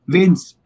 Vince